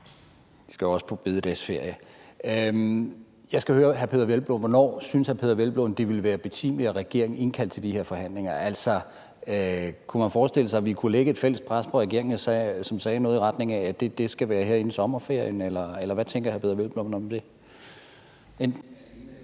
Vi skal jo også på bededagsferie. Jeg skal høre hr. Peder Hvelplund: Hvornår synes hr. Peder Hvelplund det ville være betimeligt at regeringen indkaldte til de her forhandlinger? Kunne man forestille sig, at vi kunne lægge et fælles pres på regeringen, så vi sagde noget i retning af, at det skulle være her inden sommerferien, eller hvad tænker hr. Peder